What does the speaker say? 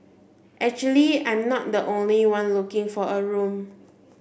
actually I'm not the only one looking for a room